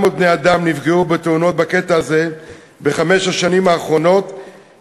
בני-אדם נפגעו בתאונות בקטע הזה בחמש השנים האחרונות,